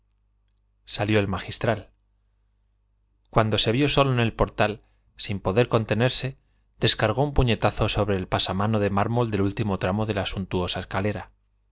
salió el magistral cuando se vio solo en el portal sin poder contenerse descargó un puñetazo sobre el pasamano de mármol del último tramo de la suntuosa escalera